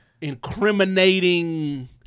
incriminating